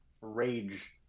Rage